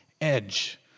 edge